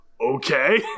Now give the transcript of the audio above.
okay